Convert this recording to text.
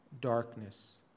darkness